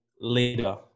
leader